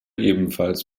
ebenfalls